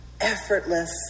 effortless